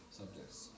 subjects